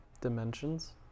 Dimensions